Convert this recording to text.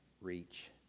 reach